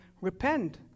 repent